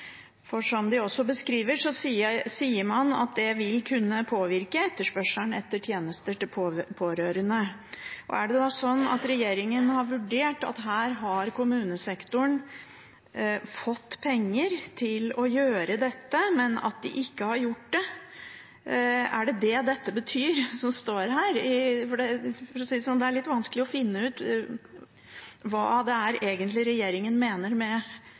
for det er litt vanskelig å forstå hvordan dette både skal være en styrking og allikevel «en videreføring og tydeliggjøring av gjeldende rett», og at det ikke vil ha administrative og økonomiske konsekvenser av betydning. Når dette beskrives, sier man at det vil kunne påvirke etterspørselen etter tjenester til pårørende. Er det da sånn at regjeringen har vurdert det slik at her har kommunesektoren fått penger til å gjøre dette, men at de ikke har gjort det? Er det det dette som står her,